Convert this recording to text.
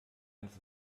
ans